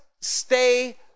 stay